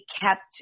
kept